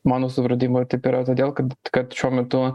mano supratimu taip yra todėl kad kad šiuo metu